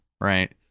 right